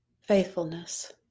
faithfulness